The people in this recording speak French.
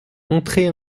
entrez